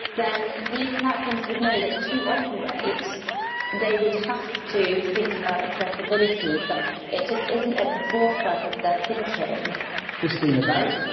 then these platforms would know that to operate they would have to think about accessibility but it just isn't at the forefront of their thinking kristina barrick,